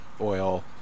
oil